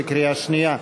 בקריאה שנייה.